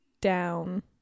down